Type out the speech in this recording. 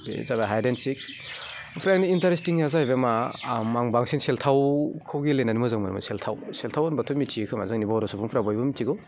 बे जाबाय hide and seek ओमफ्राय इन्ट्रेस्टिंङा जाहैबाय मा आं बांसिन सेल्थावखौ गेलेनानै मोजां मोनोमोन सेल्थाव सेल्थाव होनब्लाथ' मिथियोखोमा जोंनि बर' सुबुंफोरा बयबो मिथिगौ